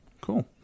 Cool